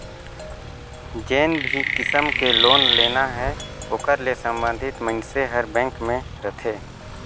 जेन भी किसम के लोन लेना हे ओकर ले संबंधित मइनसे हर बेंक में रहथे